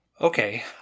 Okay